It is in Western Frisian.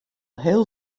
heel